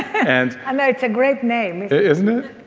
and i know it's a great name isn't it?